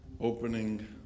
opening